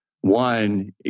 One